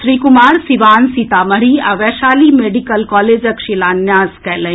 श्री कुमार सीवान सीतामढ़ी आ वैशाली मेडिकल कॉलेजक शिलान्यास कएलनि